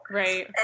right